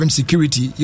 security